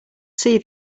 see